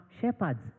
shepherds